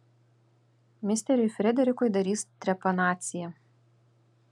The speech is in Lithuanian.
misteriui frederikui darys trepanaciją